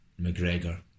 McGregor